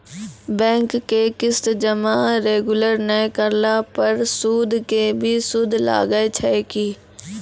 Bank के किस्त जमा रेगुलर नै करला पर सुद के भी सुद लागै छै कि?